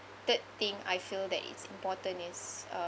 third thing I feel that is important is uh